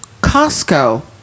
Costco